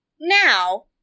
now